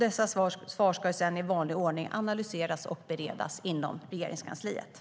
Dessa svar ska i vanlig ordning analyseras och beredas inom Regeringskansliet.